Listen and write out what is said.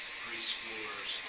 preschoolers